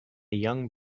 young